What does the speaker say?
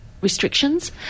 restrictions